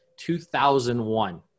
2001